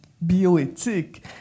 bioéthique